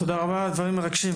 תודה רבה על דברים מרגשים.